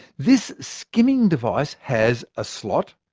this skimming device has a slot,